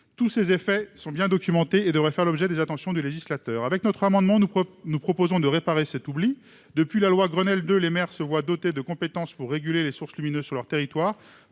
Tous ces effets sont bien documentés et devraient être faire de l'attention du législateur. Cet amendement vise à réparer cet oubli. Depuis la loi Grenelle II, les maires sont dotés de compétences de régulation des sources lumineuses sur leur territoire.